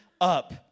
up